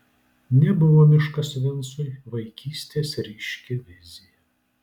nebuvo miškas vincui vaikystės ryški vizija